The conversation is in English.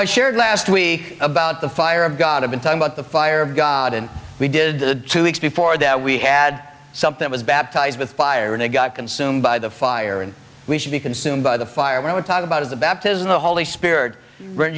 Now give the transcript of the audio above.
i shared last week about the fire of god i've been talking about the fire of god and we did the two weeks before that we had something was baptized with fire and it got consumed by the fire and we should be consumed by the fire when we talk about is the baptism the holy spirit